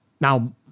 Now